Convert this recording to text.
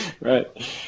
right